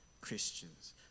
Christians